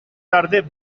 tarde